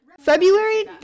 February